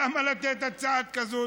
למה לתת הצעה כזאת?